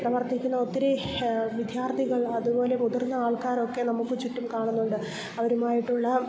പ്രവർത്തിക്കുന്ന ഒത്തിരി വിദ്യാർത്ഥികൾ അതുപോലെ മുതിർന്ന ആൾക്കാരൊക്കെ നമുക്ക് ചുറ്റും കാണുന്നുണ്ട് അവരുമായിട്ടുള്ള